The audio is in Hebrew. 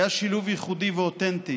היה שילוב ייחודי ואותנטי